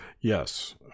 Yes